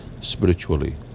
spiritually